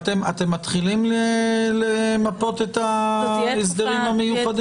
אתם מתחילים למפות את ההסדרים המיוחדים?